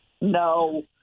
no